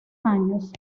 años